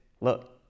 look